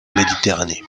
méditerranée